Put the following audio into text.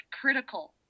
critical